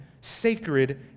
sacred